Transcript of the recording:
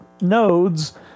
nodes